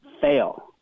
fail